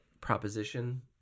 proposition